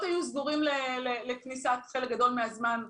היו סגורים לכניסה חלק גדול מהזמן,